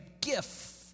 gift